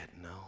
no